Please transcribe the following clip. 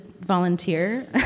volunteer